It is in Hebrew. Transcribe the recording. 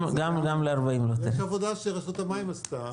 יש עבודה שרשות המים עשתה,